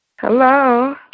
Hello